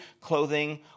clothing